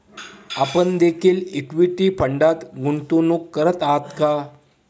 आपण देखील इक्विटी फंडात गुंतवणूक करत आहात का?